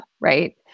right